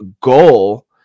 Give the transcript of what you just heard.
goal